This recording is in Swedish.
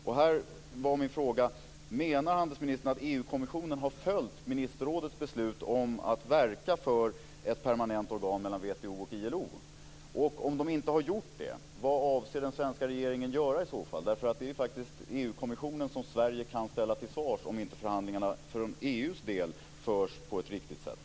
Min fråga är: Menar handelsministern att EG kommissionen har följt ministerrådets beslut om att verka för ett permanent organ mellan WTO och ILO? Om den inte har gjort det, vad avser i så fall den svenska regeringen att göra? Det är faktiskt EG kommissionen som Sverige kan ställa till svars om förhandlingarna för EU:s del inte förs på ett riktigt sätt.